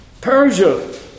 Persia